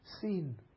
seen